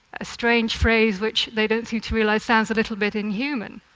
a strange phrase which they don't seem to realize sounds a little bit inhuman.